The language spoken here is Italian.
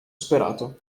sperato